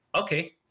okay